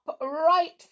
right